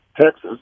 Texas